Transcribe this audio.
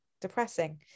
depressing